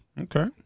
Okay